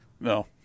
No